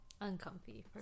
uncomfy